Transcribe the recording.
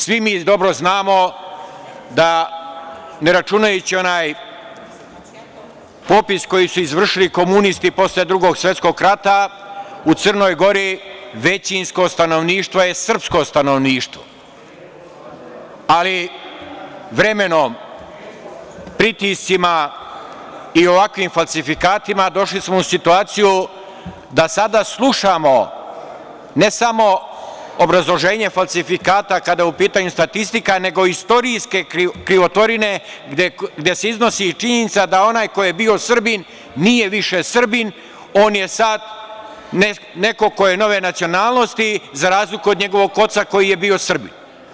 Svi mi dobro znamo da ne računajući onaj popis koji su izvršili komunisti posle Drugog svetskog rata u Crnoj Gori, većinsko stanovništvo je srpsko stanovništvo, ali vremenom, pritiscima i ovakvim falsifikatima, došli smo u situaciju da sada slušamo, ne samo obrazloženje falsifikata kada je u pitanju statistika, nego i istorijske krivotvorine, gde se iznosi činjenica da onaj ko je bio Srbin nije više Srbin, on je sad neko ko je nove nacionalnosti za razliku od njegovog oca koji je bio Srbin.